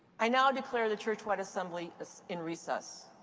i now declare the churchwide assembly in recess,